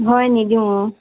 হয় নিদিওঁ অঁ